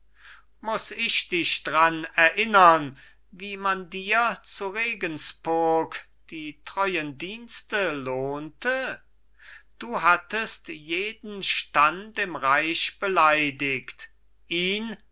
muß ich dich dran erinnern wie man dir zu regenspurg die treuen dienste lohnte du hattest jeden stand im reich beleidigt ihn